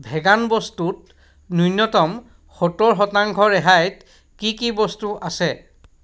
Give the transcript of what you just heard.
vegan বস্তুত ন্যূনতম সত্তৰ শতাংশ ৰেহাইত কি কি বস্তু আছে